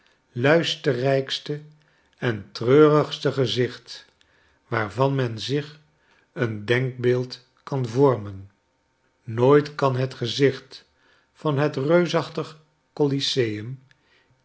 luisterrijkste en treurigste gezicht waarvan men zich een denkbeeld kan vormen nooit kan het gezicht van het reusachtig coliseum